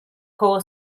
koło